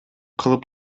кылып